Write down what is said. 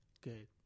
Good